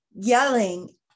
yelling